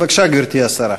בבקשה, גברתי השרה.